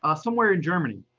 ah somewhere in germany.